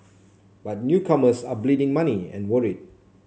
but newcomers are bleeding money and worried